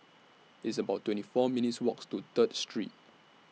It's about twenty four minutes' Walks to Third Street